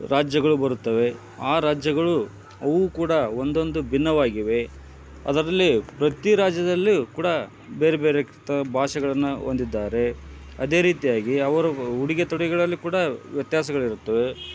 ರಾಜ್ಯಗಳು ಬರುತ್ತವೆ ಆ ರಾಜ್ಯಗಳು ಅವು ಕೂಡ ಒಂದೊಂದು ಭಿನ್ನವಾಗಿವೆ ಅದರಲ್ಲಿ ಪ್ರತಿ ರಾಜ್ಯದಲ್ಲಿಯೂ ಕೂಡ ಬೇರೆ ಬೇರೆ ತ ಭಾಷೆಗಳನ್ನ ಹೊಂದಿದ್ದಾರೆ ಅದೇ ರೀತಿಯಾಗಿ ಅವರು ಉಡಿಗೆ ತೊಡಿಗೆಗಳಲ್ಲಿ ಕೂಡ ವ್ಯತ್ಯಾಸಗಳಿರುತ್ತವೆ